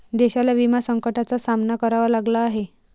देशाला विमा संकटाचा सामना करावा लागला आहे